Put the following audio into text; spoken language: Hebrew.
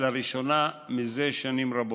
לראשונה זה שנים רבות.